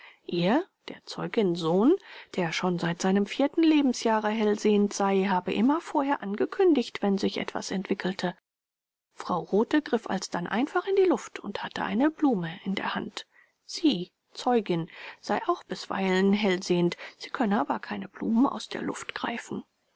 ihr der zeugin sohn der schon seit seinem vierten lebensjahre hellsehend sei habe immer vorher angekündigt wenn sich etwas entwickelte frau rothe griff alsdann einfach in die luft und hatte eine blume in der hand sie zeugin sei auch bisweilen hellsehend sie könne aber keine blumen aus der luft greifen